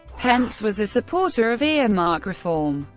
pence was a supporter of earmark reform.